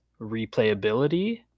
replayability